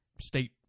state